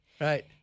Right